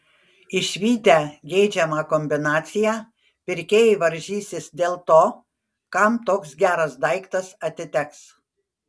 išvydę geidžiamą kombinaciją pirkėjai varžysis dėl to kam toks geras daiktas atiteks